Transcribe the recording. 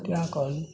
सएह कहलहुँ